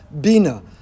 Bina